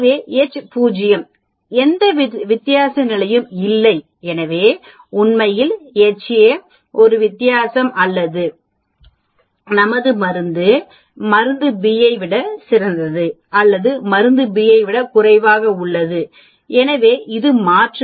எனவே Ho எந்த வித்தியாச நிலையும் இல்லை எனவே உண்மையில் Ha ஒரு வித்தியாசம் அல்லது நமது மருந்து மருந்து B ஐ விட சிறந்தது அல்லது மருந்துB ஐ விட குறைவாக உள்ளது எனவே இது மாற்று